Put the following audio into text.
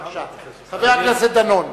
בבקשה, חבר הכנסת דנון.